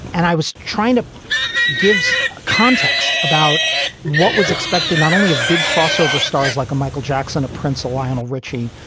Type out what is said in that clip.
and i was trying to gives a context about what was expected not only of big crossover stars like a michael jackson, a prince, a lionel richie.